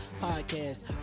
podcast